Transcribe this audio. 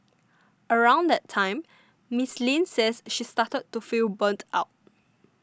around that time Miss Lin says she started to feel burnt out